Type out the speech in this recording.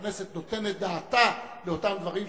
שהכנסת נותנת דעתה על אותם דברים שאתה,